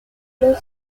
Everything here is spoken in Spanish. club